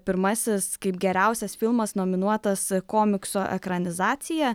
pirmasis kaip geriausias filmas nominuotas komikso ekranizacija